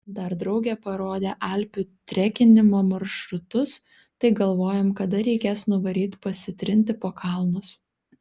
dar draugė parodė alpių trekinimo maršrutus tai galvojam kada reikės nuvaryt pasitrinti po kalnus